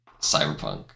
Cyberpunk